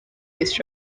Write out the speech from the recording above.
miss